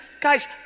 Guys